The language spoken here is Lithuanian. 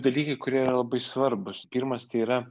dalykai kurie yra labai svarbūs pirmas tai yra